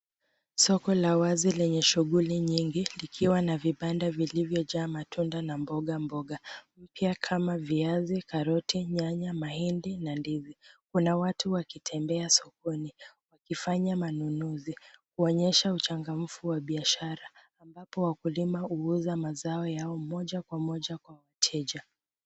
soko la wazi lenye shughuli nyungi likiwa na vibanda vilivyojaa matunda na mbogamboga mpya kama viazi, karoti, nyanya, mahindi na ndizi. Kuna watu wakitembea sokoni wakifanya manunuzi kuonyesha uchangamfu wa biashara ambapo wakulima huuza mazao yao moja kwa moja kwa wateja.